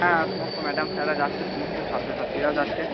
হ্যাঁ সমস্ত ম্যাডাম স্যাররা যাচ্ছে সমস্ত ছাত্রছাত্রীরাও যাচ্ছে